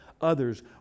others